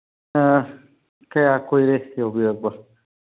ꯑ ꯀꯌꯥ ꯀꯨꯏꯔꯦ ꯌꯧꯕꯤꯔꯛꯄ